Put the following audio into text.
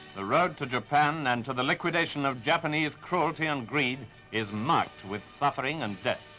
the road to japan and to the liquidation of japanese cruelty and greed is marked with suffering and death.